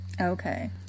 Okay